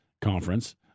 conference